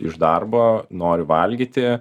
iš darbo nori valgyti